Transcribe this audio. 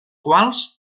quals